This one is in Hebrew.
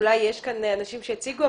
אולי יש כאן אנשים שיציגו,